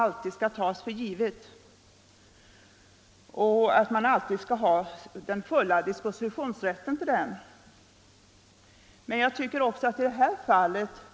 För de sökande måste det förefalla rejälare att få ett klart besked så snart som möjligt.